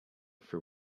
for